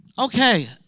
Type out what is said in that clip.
Okay